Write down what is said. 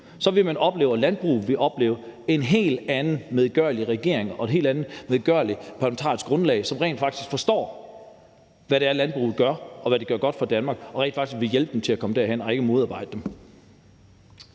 flertal gør lige nu. Landbruget vil opleve en helt anden medgørlig regering og et helt andet medgørligt parlamentarisk grundlag, som rent faktisk forstår, hvad det er, landbruget gør, og hvad de gør godt for Danmark, og rent faktisk vil hjælpe dem til at komme derhen og ikke modarbejde dem.